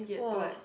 !wah!